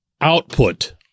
output